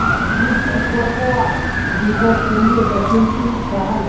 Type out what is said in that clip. की ती कोकोआ बीजक सुंघे दखिल छि राहल